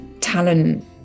talent